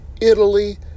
Italy